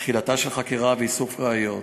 תחילתה של חקירה ואיסוף ראיות.